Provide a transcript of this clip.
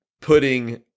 putting